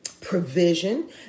provision